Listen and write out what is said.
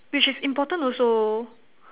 which is important also